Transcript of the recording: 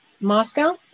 Moscow